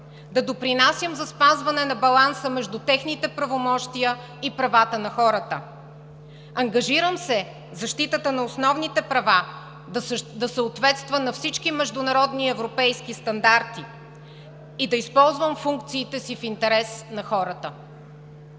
да допринасям за спазване на баланса между техните правомощия и правата на хората. Ангажирам се защитата на основните права да съответства на всички международни и европейски стандарти и да използвам функциите си в интерес на хората.